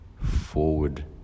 forward